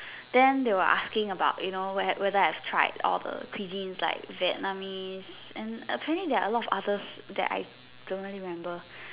then they were asking about you know where whether I've tried all the cuisines like Vietnamese and apparently there are a lot of others that I don't really remember